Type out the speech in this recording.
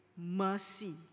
mercy